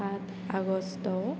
সাত আগষ্ট